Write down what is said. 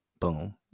boom